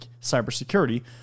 cybersecurity